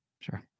Sure